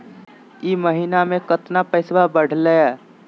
ई महीना मे कतना पैसवा बढ़लेया?